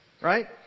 Right